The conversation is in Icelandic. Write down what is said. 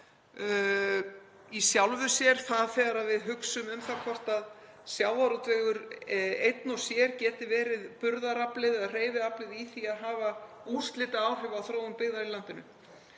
í sjálfu sér þegar við hugsum um það hvort sjávarútvegur einn og sér geti verið burðaraflið eða hreyfiaflið í því að hafa úrslitaáhrif á þróun byggðar í landinu.